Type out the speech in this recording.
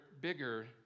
bigger